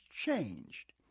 changed